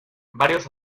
varios